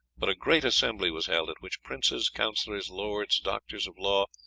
but a great assembly was held, at which princes, councillors, lords, doctors of law,